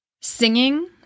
Singing